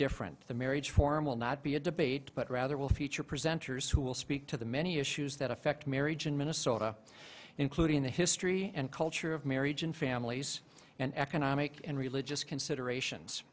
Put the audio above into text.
different the marriage forum will not be a debate but rather will feature presenters who will speak to the many issues that affect marriage in minnesota including the history and culture of marriage and families and economic and religious considerations